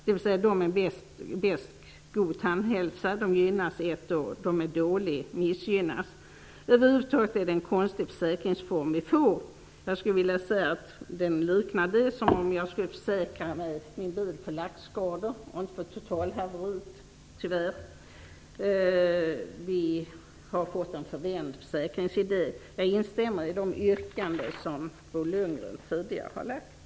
De som har den bästa tandhälsan gynnas ett år. De som har dålig tandhälsa missgynnas. Över huvud taget är det en konstig försäkringsform som vi får. Jag skulle vilja göra en jämförelse med att jag försäkrar min bil för lackskador, inte för ett totalhaveri. Vi har, tyvärr, fått en förvänd försäkringsidé. Jag instämmer i Bo Lundgrens tidigare yrkanden.